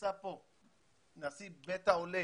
ונמצא פה נשיא בית העולה